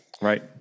Right